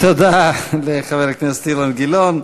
תודה לחבר הכנסת אילן גילאון.